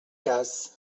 cas